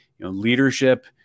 Leadership